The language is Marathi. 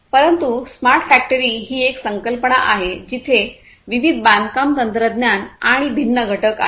परंतु स्मार्ट फॅक्टरी ही एक संकल्पना आहे जिथे विविध बांधकाम तंत्रज्ञान आणि भिन्न घटक आहेत